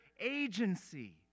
agency